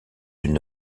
une